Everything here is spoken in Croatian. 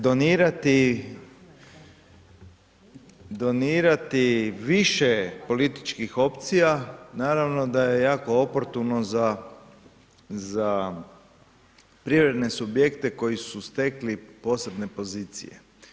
Donirati, donirati više političkih opcija naravno da je jako oportuno za ... subjekte koji su stekli posebne pozicije.